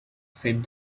said